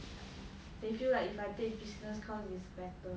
they feel like if I take business course is better